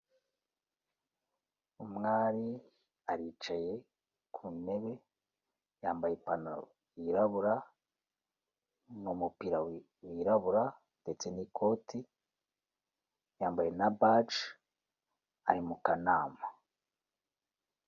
Umwari aricaye ku ntebe yambaye ipantaro yirabura n'umupira wirabura ndetse n'ikoti, yambaye na baji ari mu kanama.